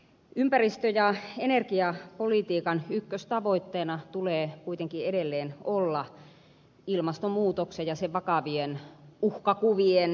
ympäristö ja energiapolitiikan ykköstavoitteena tulee kuitenkin edelleen olla ilmastonmuutoksen ja sen vakavien uhkakuvien hillitsemisen